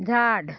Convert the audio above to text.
झाड